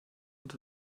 und